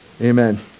Amen